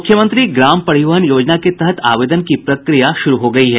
मुख्यमंत्री ग्राम परिवहन योजना के तहत आवेदन की प्रक्रिया शुरू हो गयी है